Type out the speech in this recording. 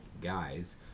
guys